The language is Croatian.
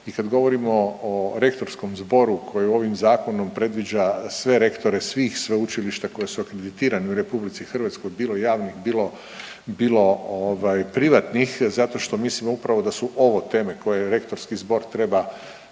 I kad govorimo o rektorskom zboru koji u ovom zakonu predviđa sve rektore svih sveučilišta koji su akreditirani u RH bilo javnih, bilo, bilo ovaj privatnih zato što mislimo upravo da su ovo teme koje rektorski zbor treba,